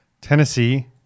Tennessee